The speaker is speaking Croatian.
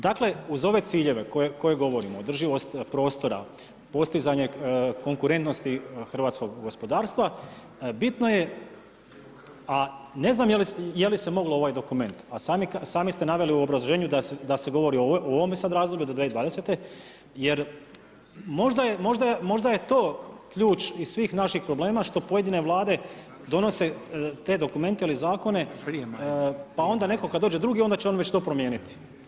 Dakle, uz ove ciljeve koje govorimo, održivost prostora, postizanje konkurentnosti hrvatskog gospodarstva, bitno je, a ne znam je li se moglo ovaj dokument, a sami ste naveli u obrazloženju da se govori o ovome sad razdoblju do 2020. jer možda je to ključ i svih naših problema što pojedine vlade donose te dokumente ili zakone, pa onda netko kad dođe drugi, onda će on već to promijeniti.